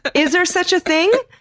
is there such a thing?